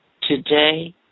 today